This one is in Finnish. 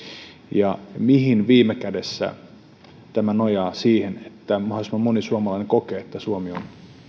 ja mihin tämä viime kädessä nojaa siihen että mahdollisimman moni suomalainen kokee että suomi on